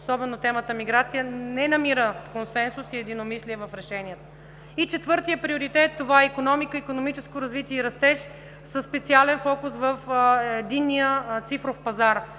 особено темата миграция не намира консенсус и единомислие в решенията. Четвъртият приоритет е икономика, икономическо развитие и растеж, със специален фокус в Единния цифров пазар.